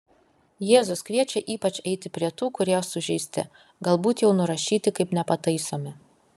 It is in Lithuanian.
jėzus kviečia ypač eiti prie tų kurie sužeisti galbūt jau nurašyti kaip nepataisomi